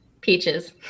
Peaches